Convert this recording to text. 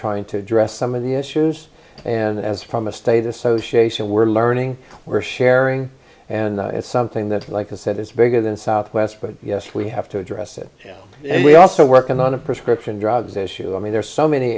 trying to address some of the issues and as from a state association we're learning we're sharing and it's something that like i said it's bigger than southwest but yes we have to address it and we're also working on a prescription drugs issue i mean there are so many